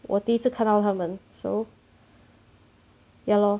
我第一次看到他们 so ya lor